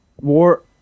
War